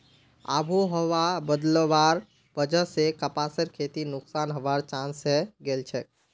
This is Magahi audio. आबोहवा बदलवार वजह स कपासेर खेती नुकसान हबार चांस हैं गेलछेक